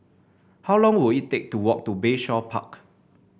how long will it take to walk to Bayshore Park